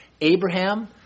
Abraham